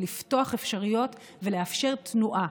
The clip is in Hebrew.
ולפתוח אפשרויות ולאפשר תנועה,